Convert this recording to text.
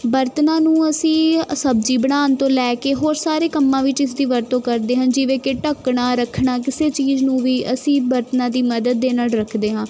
ਬਰਤਨਾਂ ਨੂੰ ਅਸੀਂ ਸਬਜ਼ੀ ਬਣਾਉਣ ਤੋਂ ਲੈ ਕੇ ਹੋਰ ਸਾਰੇ ਕੰਮਾਂ ਵਿੱਚ ਇਸ ਦੀ ਵਰਤੋਂ ਕਰਦੇ ਹਾਂ ਜਿਵੇਂ ਕਿ ਢੱਕਣਾ ਰੱਖਣਾ ਕਿਸੇ ਚੀਜ਼ ਨੂੰ ਵੀ ਅਸੀਂ ਬਰਤਨਾਂ ਦੀ ਮਦਦ ਦੇ ਨਾਲ ਰੱਖਦੇ ਹਾਂ